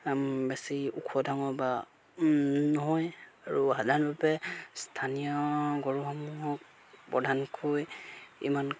বেছি ওখ ডাঙৰ বা নহয় আৰু সাধাৰণৰূপে স্থানীয় গৰুসমূহক প্ৰধানকৈ ইমান